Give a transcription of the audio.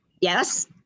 yes